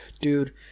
Dude